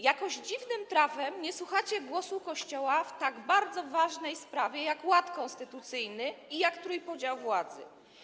Jakoś dziwnym trafem nie słuchacie głosu Kościoła w tak bardzo ważnej sprawie jak ład konstytucyjny i trójpodział władzy.